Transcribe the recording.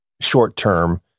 short-term